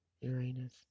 Uranus